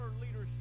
leadership